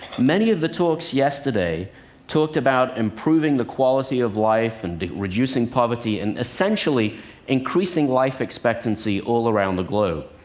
many of the talks yesterday talked about improving the quality of life, and reducing poverty, and essentially increasing life expectancy all around the globe.